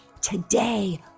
today